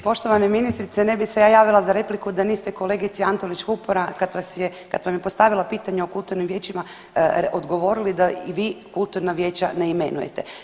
Poštovana ministrice ne bi se ja javila za repliku da niste kolegici Antolić Vupora kad vas je, kad vam je postavila pitanje o kulturnim vijećima odgovorili da i vi kulturna vijeća ne imenujete.